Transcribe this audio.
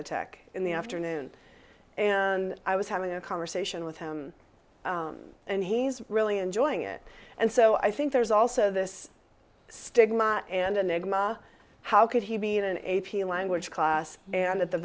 tech in the afternoon and i was having a conversation with him and he's really enjoying it and so i think there's also this stigma and enigma how could he be in an a p language class and at the